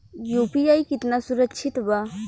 UPI कितना सुरक्षित बा?